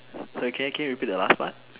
sorry can can you repeat the last part